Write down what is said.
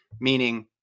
meaning